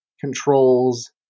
controls